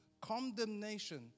Condemnation